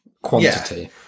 Quantity